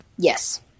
yes